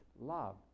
love